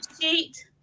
sheet